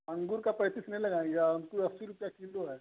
अंगूर का पैंतीस नहीं लगाएंगे अंगूर अस्सी रुपया किलो है